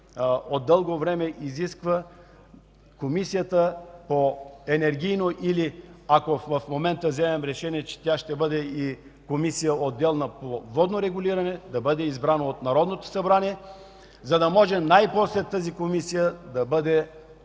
от дълго време изисква. Комисията по енергийно или, ако в момента вземем решение тя да бъде отделна Комисия по водно регулиране, да бъде избрана от Народното събрание, за да може най-после тази Комисия да бъде